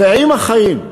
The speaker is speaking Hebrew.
ועם החיים.